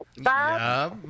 Bye